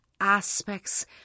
aspects